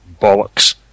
bollocks